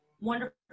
Wonderful